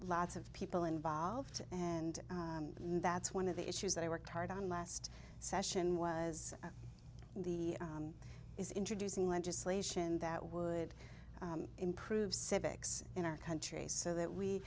lots of people involved and that's one of the issues that i worked hard on last session was the is introducing legislation that would improve civics in our country so that we